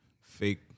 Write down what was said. fake